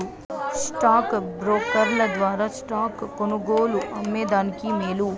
stock బ్రోకర్ల ద్వారా stocks కొనుగోలు, అమ్మే దానికి మేలు